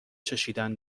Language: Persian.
چشیدن